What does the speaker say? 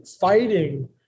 fighting